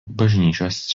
bažnyčios